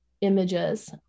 images